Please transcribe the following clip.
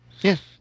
Yes